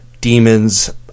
demons